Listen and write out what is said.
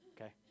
Okay